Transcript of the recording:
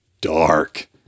Dark